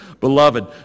Beloved